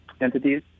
entities